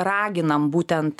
raginam būtent